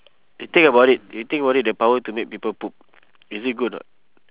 you think about it you think about it the power to make people poop is it good or not